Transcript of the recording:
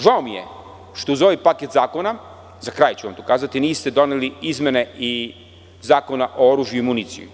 Žao mi je što uz ovaj paket zakona, za kraj ću vam to kazati, niste doneli izmene i Zakona o oružju i municiji.